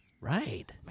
Right